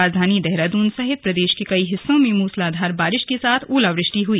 राजधानी देहरादून सहित प्रदेश के कई हिस्सों में मूसलाधार बारिश के साथ ओलावृष्टि हुई